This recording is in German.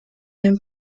dem